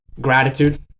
gratitude